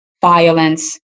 violence